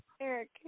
eric